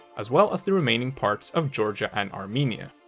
as well as the remaining parts of georgia and armenia.